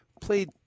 played